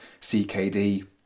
CKD